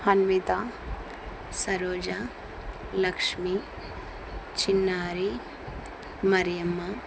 హన్విత సరోజ లక్ష్మి చిన్నారి మరియమ్మ